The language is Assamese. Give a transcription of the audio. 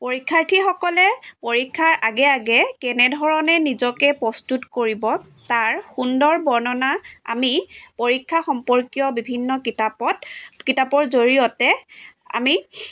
পৰীক্ষাৰ্থীসকলে পৰীক্ষাৰ আগে আগে কেনেধৰণে নিজকে প্ৰস্তুত কৰিব তাৰ সুন্দৰ বৰ্ণনা আমি পৰীক্ষা সম্পৰ্কীয় বিভিন্ন কিতাপত কিতাপৰ জৰিয়তে আমি